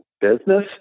business